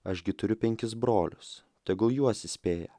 aš gi turiu penkis brolius tegu juos įspėja